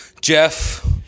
Jeff